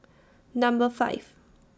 Number five